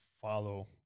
follow